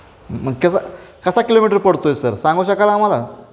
मग कसं कसा किलोमीटर पडतो आहे सर सांगू शकाल आम्हाला